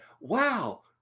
wow